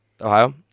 Ohio